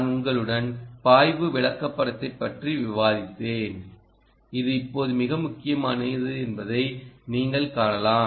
நான் உங்களுடன் பாய்வு விளக்கப்படத்தைப் பற்றி விவாதித்தேன் இது இப்போது மிக முக்கியமானது என்பதை நீங்கள் காணலாம்